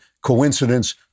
coincidence